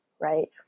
right